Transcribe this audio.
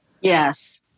Yes